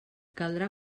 caldrà